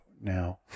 now